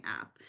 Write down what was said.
app